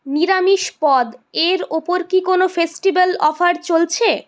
নিরামিষ পদের উপর কি কোনও ফেস্টিভ্যাল অফার চলছে